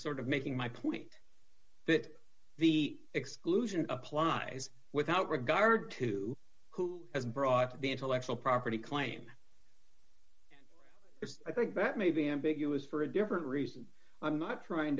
sort of making my point that the exclusion applies without regard to who has brought the intellectual property claim i think that may be ambiguous for a different reason i'm not trying